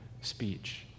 speech